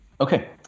Okay